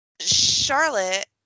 Charlotte